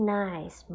nice